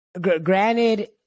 Granted